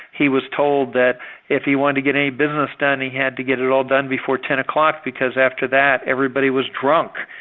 he was told that if he wanted to get any business done, he had to get it all done before ten o'clock because after that, everybody was drunk.